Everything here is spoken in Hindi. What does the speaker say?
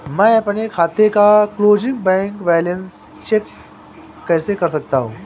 मैं अपने खाते का क्लोजिंग बैंक बैलेंस कैसे चेक कर सकता हूँ?